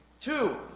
Two